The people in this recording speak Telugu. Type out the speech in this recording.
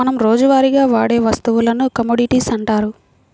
మనం రోజువారీగా వాడే వస్తువులను కమోడిటీస్ అంటారు